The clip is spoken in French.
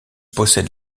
possède